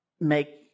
make